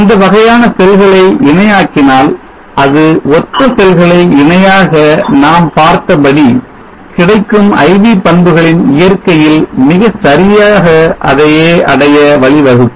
இந்த வகையான செல்களை இணையாக்கினால் அது ஒத்த செல்களை இணையாக நாம் பார்த்தபடி கிடைக்கும் IV பண்புகளின் இயற்கையில் மிகச்சரியாக அதையே அடைய வழிவகுக்கும்